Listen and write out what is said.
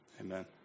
amen